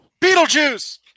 Beetlejuice